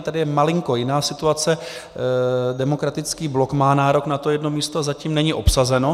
Tady je malinko jiná situace, Demokratický blok má nárok na to jedno místo, zatím není obsazeno.